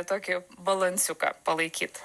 tokį balansiuką palaikyt